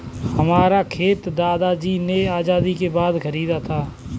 हमारा खेत दादाजी ने आजादी के बाद खरीदा था